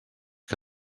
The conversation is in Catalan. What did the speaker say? que